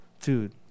dude